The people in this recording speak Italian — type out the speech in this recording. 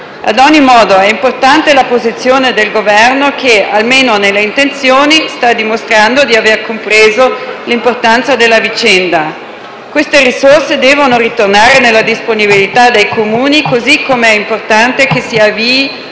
Ad ogni modo è importante la posizione del Governo che, almeno nelle intenzioni, sta dimostrando di aver compreso l'importanza della vicenda. Queste risorse devono ritornare nella disponibilità dei Comuni, così come è importante che si avvii